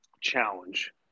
challenge